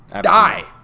Die